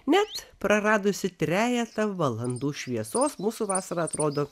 net praradusi trejetą valandų šviesos mūsų vasara atrodo